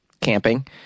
camping